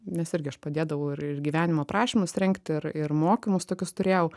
nes irgi aš padėdavau ir ir gyvenimo aprašymus rengti ir ir mokymus tokius turėjau